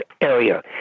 area